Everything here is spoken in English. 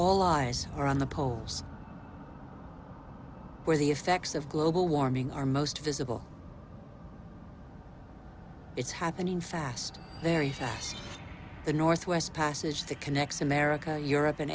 all eyes are on the poles where the effects of global warming are most visible it's happening fast very fast the northwest passage that connects america europe and